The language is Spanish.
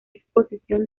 exposición